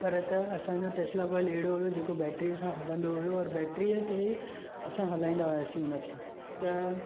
पर त असांजो टेस्ला कॉइल अहिड़ो हुयो जेको बेट्री सां हलंदो हुयो और बेट्रीअ ते असां हलाईंदा हुयासीं हुन खे त